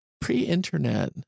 pre-internet